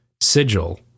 sigil